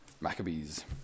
Maccabees